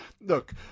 look